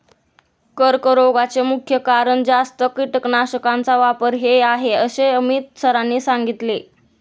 कर्करोगाचे मुख्य कारण जास्त कीटकनाशकांचा वापर हे आहे असे अमित सरांनी सांगितले